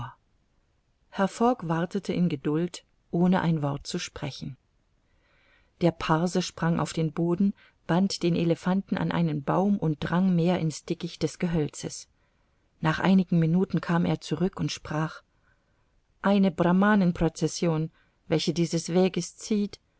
fogg wartete in geduld ohne ein wort zu sprechen der parse sprang auf den boden band den elephanten an einen baum und drang mehr in's dickicht des gehölzes nach einigen minuten kam er zurück und sprach eine brahmanen procession welche dieses weges zieht